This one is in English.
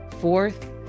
Fourth